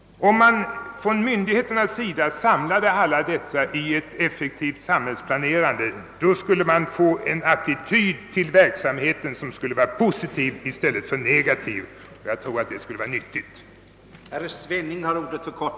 Om man från myndigheternas sida samlade alla dessa till ett effektivt samhällsplanerande, då skulle man få en attityd till verksamheten, som skulle vara positiv i stället för negativ. Jag tror att detta skulle vara nyttigt.